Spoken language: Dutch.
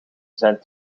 zijn